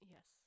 Yes